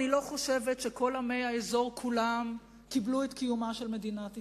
אני לא חושבת שכל עמי האזור כולם קיבלו את קיומה של מדינת ישראל,